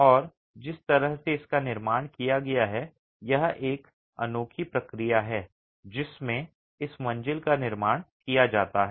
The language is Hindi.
और जिस तरह से इसका निर्माण किया गया है यह एक अनोखी प्रक्रिया है जिसमें इस मंजिल का निर्माण किया जाता है